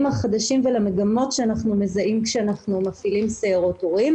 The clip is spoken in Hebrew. החדשים ולמגמות שאנחנו מזהים כשאנחנו מפעילים סיירות הורים.